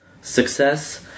Success